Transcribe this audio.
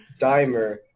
Dimer